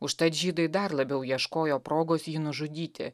užtat žydai dar labiau ieškojo progos jį nužudyti